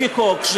לפי חוק,